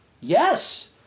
yes